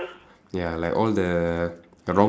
ya like all the wrong